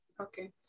Okay